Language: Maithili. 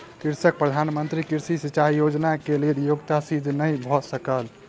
कृषकक प्रधान मंत्री कृषि सिचाई योजना के लेल योग्यता सिद्ध नै भ सकल